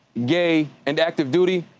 gay, and active duty,